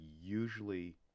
usually